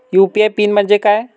UPI pin म्हणजे काय?